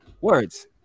words